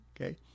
okay